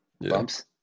Bumps